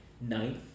ninth